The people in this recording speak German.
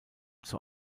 zur